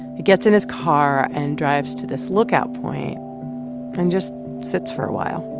he gets in his car and drives to this lookout point and just sits for a while